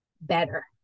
better